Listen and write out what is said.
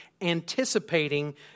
anticipating